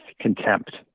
contempt